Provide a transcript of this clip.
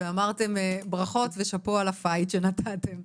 ואמרתם ברכות ושאפו על הפייט שנתתם.